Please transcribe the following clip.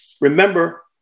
remember